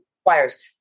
requires